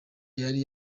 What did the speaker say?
yari